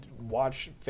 watch